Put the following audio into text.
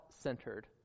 centered